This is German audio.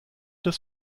des